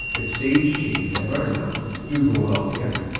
but sage cheese and buttermilk do go well together.